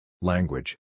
Language